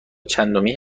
چندمی